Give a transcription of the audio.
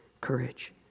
courage